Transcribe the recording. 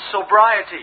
Sobriety